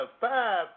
five